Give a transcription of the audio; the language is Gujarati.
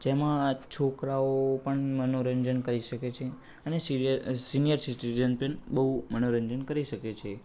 જેમાં છોકરાઓ પણ મનોરંજન કરી શકે છે અને સિનિયર સીટીઝન પણ બહુ મનોરંજન કરી શકે છે